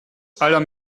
aller